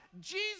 Jesus